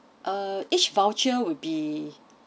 uh each voucher would be